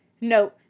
No